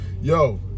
Yo